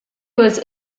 was